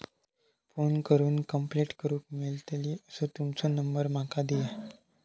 Phone करून complaint करूक मेलतली असो तुमचो नंबर माका दिया?